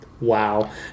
wow